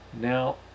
Now